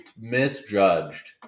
misjudged